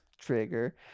Trigger